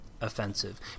offensive